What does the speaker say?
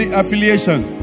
affiliations